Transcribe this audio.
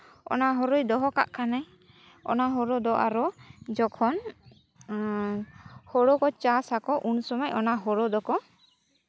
ᱚᱱᱟ ᱦᱩᱲᱩᱭ ᱫᱚᱦᱚ ᱠᱟᱜ ᱠᱷᱟᱱᱮ ᱚᱱᱟ ᱦᱩᱲᱩ ᱫᱚ ᱟᱨᱚ ᱡᱚᱠᱷᱚᱱ ᱦᱩᱲᱩ ᱠᱚ ᱪᱟᱥ ᱟᱠᱚ ᱩᱱ ᱥᱚᱢᱚᱭ ᱚᱱᱟ ᱦᱩᱲᱩ ᱫᱚᱠᱚ